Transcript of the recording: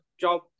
job